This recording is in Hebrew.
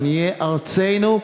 עניי ארצנו,